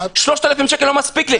3,000 שקל לא מספיק לי.